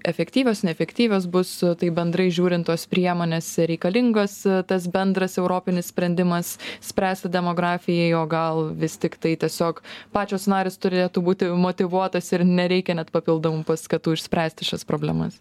efektyvios neefektyvios bus taip bendrai žiūrint tos priemonės reikalingas tas bendras europinis sprendimas spręsti demografijai o gal vis tiktai tiesiog pačios narės turėtų būti motyvuotos ir nereikia net papildomų paskatų išspręsti šias problemas